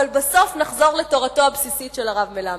אבל בסוף נחזור לתורתו הבסיסית של הרב מלמד.